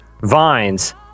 vines